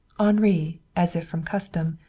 henri, as if from custom,